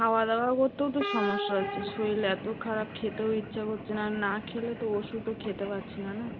খাওয়াদাওয়া করতেও তো সমস্যা হচ্ছে শরীর এতো খারাপ খেতেও ইচ্ছা করছে না না খেলে তো ওষুধও খেতে পারছি না না